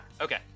Okay